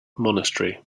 monastery